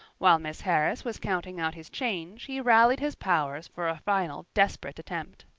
while miss harris was counting out his change he rallied his powers for a final desperate attempt.